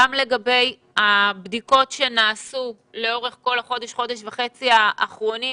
גם לגבי הבדיקות שנעשו לאורך החודש-חודש וחצי האחרונים,